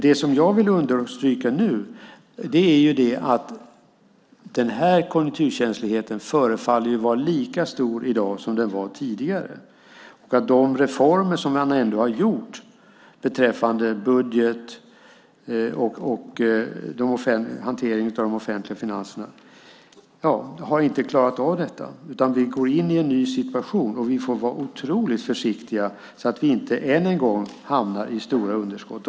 Det jag vill understryka nu är att den här konjunkturkänsligheten förefaller vara lika stor i dag som den var tidigare, för de reformer som man ändå har gjort beträffande budget och hanteringen av de offentliga finanserna har inte klarat av detta, utan vi går in i en ny situation. Vi får vara otroligt försiktiga så att vi inte än en gång hamnar i stora underskott.